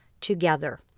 together